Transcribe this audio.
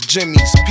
Jimmy's